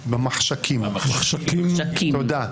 תודה.